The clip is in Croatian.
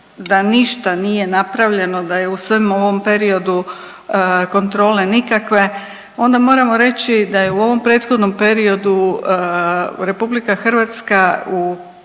da ništa nije napravljeno, da je u svemu ovom periodu kontrole nikakve onda moramo reći da je u ovom prethodnom periodu RH u